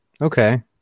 Okay